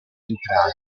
entrati